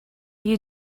you